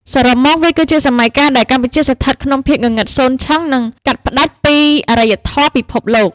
សរុបមក វាគឺជាសម័យកាលដែលកម្ពុជាស្ថិតក្នុងភាពងងឹតសូន្យឈឹង និងកាត់ផ្ដាច់ពីអារ្យធម៌ពិភពលោក។